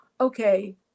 okay